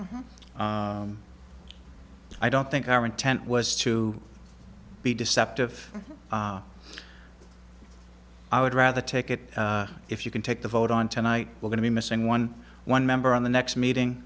i don't think our intent was to be deceptive i would rather take it if you can take the vote on tonight we're going to be missing one one member on the next meeting